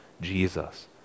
Jesus